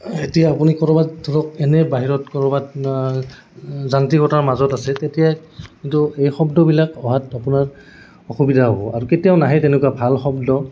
এতিয়া আপুনি ক'ৰবাত ধৰক এনে বাহিৰত ক'ৰবাত যান্ত্ৰিকতাৰ মাজত আছে তেতিয়া কিন্তু এই শব্দবিলাক অহাত আপোনাৰ অসুবিধা হ'ব আৰু কেতিয়াও নাহে তেনেকুৱা ভাল শব্দ